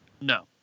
No